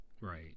Right